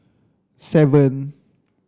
seven